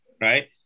right